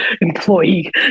employee